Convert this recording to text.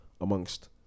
Amongst